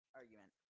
argument